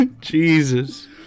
Jesus